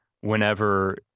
whenever